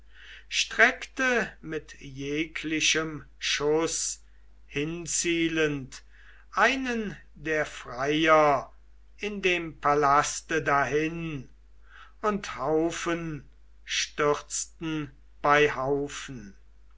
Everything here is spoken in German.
streckte mit jeglichem schuß hinzielend einen der freier in dem palaste dahin und haufen stürzten bei haufen